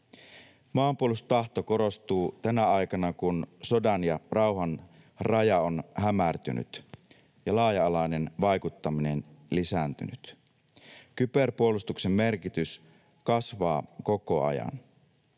Maanpuolustustahto korostuu tänä aikana, kun sodan ja rauhan raja on hämärtynyt ja laaja-alainen vaikuttaminen lisääntynyt. Kyberpuolustuksen merkitys kasvaa koko ajan.